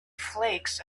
flakes